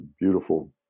beautiful